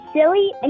silly